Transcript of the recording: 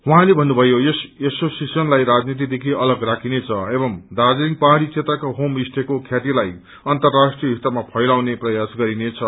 उहाँले भन्नुभयो यस एसोसिएशनलाई राजनीतिदेखि अलग राखिनेछ एव दार्जीलिङ पहाड़ी क्षेत्रका होम स्टेको ख्यातिलाई अन्तग्रष्ट्रिय स्तरमा फैलाउने प्रयास गरिनेछ